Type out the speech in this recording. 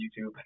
YouTube